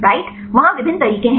right वहाँ विभिन्न तरीके हैं